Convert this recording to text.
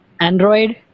Android